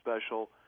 special